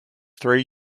three